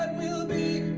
i'll be